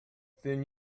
then